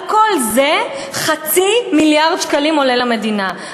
על כל זה, חצי מיליארד שקלים עולה למדינה.